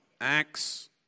Acts